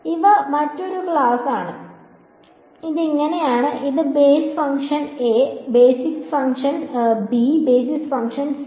അതിനാൽ ഇവ മറ്റൊരു ക്ലാസ് ആണ് അതിനാൽ ഇത് അങ്ങനെയാണ് ഇത് base function A basis function B basis function C